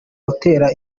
utera